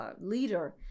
leader